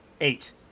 Eight